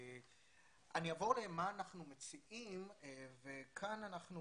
אני אעבור למה אנחנו מציעים וכאן אנחנו